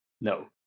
no